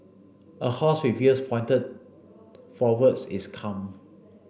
a horse with ears pointed forwards is calm